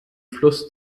fluss